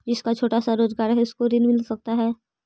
जिसका छोटा सा रोजगार है उसको ऋण मिल सकता है?